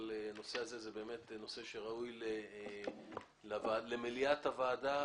אבל הנושא הזה ראוי למליאת הוועדה